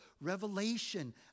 revelation